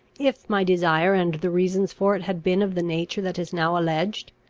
if my desire and the reasons for it, had been of the nature that is now alleged?